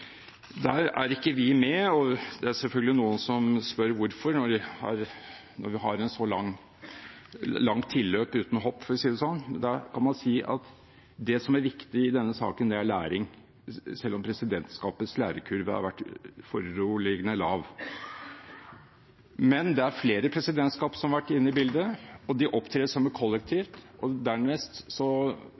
Der er ikke vi med, og det er selvfølgelig noen som spør hvorfor, når vi har et så langt tilløp uten hopp, for å si det sånn. Da kan man si at det som er viktig i denne saken, er læring, selv om presidentskapets lærekurve har vært foruroligende lav. Men det er flere presidentskap som har vært inne i bildet, og de opptrer som et kollektiv. Dermed vil vi kanskje ikke gjøre rett og